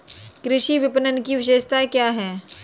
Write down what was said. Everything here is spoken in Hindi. कृषि विपणन की विशेषताएं क्या हैं?